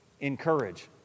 encourage